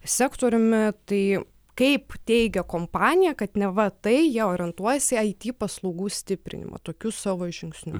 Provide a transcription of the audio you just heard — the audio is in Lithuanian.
sektoriumi tai kaip teigia kompanija kad neva tai jie orientuojasi į it paslaugų stiprinimą tokiu savo žingsniu